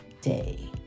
day